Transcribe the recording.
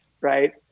right